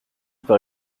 par